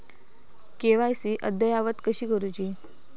KYC अद्ययावत कशी करुची?